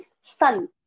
sun